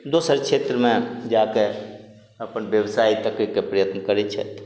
दोसर क्षेत्रमे जाके अपन व्यवसाय तकयके प्रयत्न करय छथि